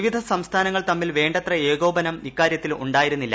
വിവിധ സംസ്ഥാനങ്ങൾ തമ്മിൽ വേണ്ടത്ര ഏകോപനം ഇക്കാര്യത്തിൽ ഉണ്ടായിരുന്നില്ല